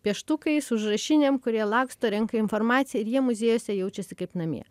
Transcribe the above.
pieštukais užrašinėm kurie laksto renka informaciją ir jie muziejuose jaučiasi kaip namie